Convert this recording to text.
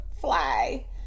fly